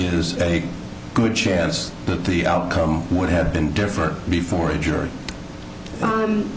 is a good chance that the outcome would have been different before a jury